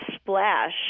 splash